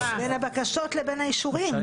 בין הבקשות לבין האישורים.